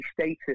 status